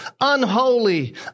unholy